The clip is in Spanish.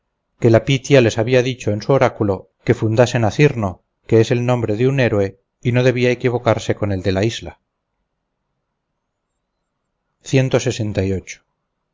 que la pitia les había dicho en su oráculo que fundasen a cyrno que es el nombre de un héroe y no debía equivocarse con el de la isla